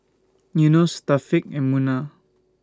Yunos and Munah